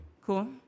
Cool